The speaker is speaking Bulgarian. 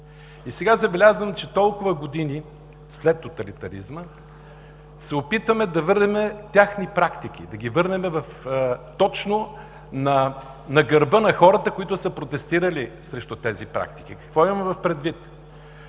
Сега забелязвам, че толкова години след тоталитаризма се опитваме да върнем техни практики. Да ги върнем точно на гърба на хората, които са протестирали срещу тези практики. Какво имам предвид?